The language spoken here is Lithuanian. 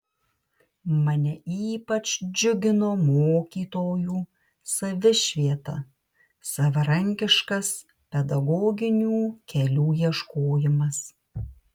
mane ypač džiugino mokytojų savišvieta savarankiškas pedagoginių kelių ieškojimas